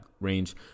range